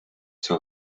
zur